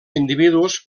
individus